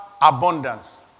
abundance